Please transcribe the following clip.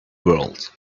world